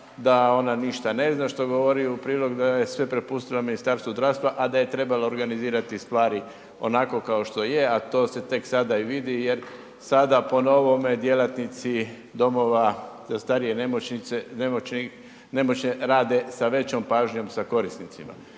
da ona ništa ne zna što joj govori u prilog da je sve prepustila Ministarstvu zdravstva, a da je trebala organizirati stvari onako kao što je, a to se tek sada i vidi jer sada po novome djelatnici domova za starije i nemoćne rade sa većom pažnjom sa korisnicima.